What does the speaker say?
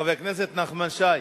חבר הכנסת נחמן שי,